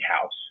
house